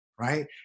right